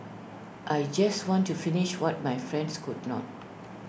I just want to finish what my friends could not